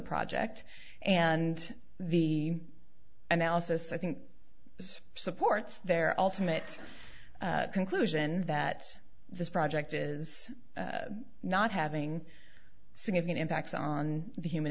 project and the analysis i think is supports their ultimate conclusion that this project is not having significant impacts on the human